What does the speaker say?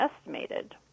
estimated